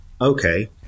okay